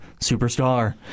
Superstar